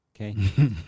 Okay